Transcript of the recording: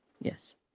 Yes